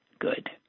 good